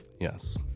Yes